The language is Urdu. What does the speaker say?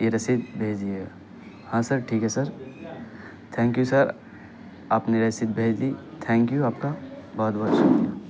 یہ رسید بھیج دیجیے گا ہاں سر ٹھیک ہے سر تھینک یو سر آپ نے رسید بھیج دی تھینک یو آپ کا بہت بہت شکریہ